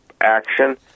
action